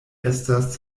estas